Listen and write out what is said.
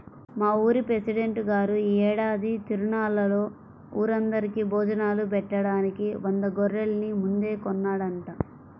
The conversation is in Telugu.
మా ఊరి పెసిడెంట్ గారు యీ ఏడాది తిరునాళ్ళలో ఊరందరికీ భోజనాలు బెట్టడానికి వంద గొర్రెల్ని ముందే కొన్నాడంట